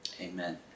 Amen